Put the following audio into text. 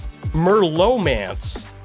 Merlomance